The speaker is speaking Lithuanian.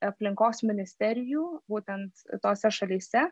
aplinkos ministerijų būtent tose šalyse